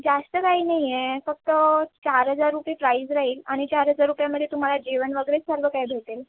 जास्त काही नाही आहे फक्त चार हजार रुपये प्राईज राहील आणि चार हजार रुपयामध्ये तुम्हाला जेवण वगैरे सर्व काही भेटेल